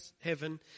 heaven